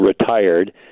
retired